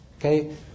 okay